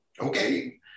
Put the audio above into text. okay